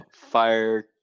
fire